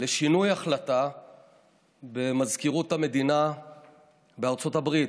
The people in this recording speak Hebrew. לשינוי החלטה במזכירות המדינה בארצות הברית.